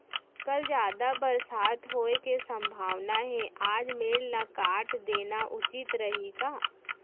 कल जादा बरसात होये के सम्भावना हे, आज मेड़ ल काट देना उचित रही का?